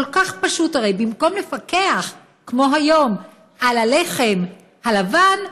כל כך פשוט הרי: במקום לפקח כמו היום על הלחם הלבן,